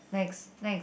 next next